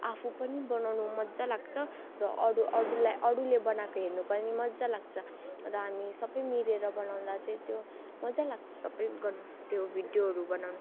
आफू पनि बनाउनु मजा लाग्छ र अरू अरूलाई अरूले बनाएको हेर्नु पनि मजा लाग्छ र हामी सबै मिलेर बनाउँदा चाहिँ त्यो मजा लाग्छ सबै ग त्यो भिडियोहरू बनाउनु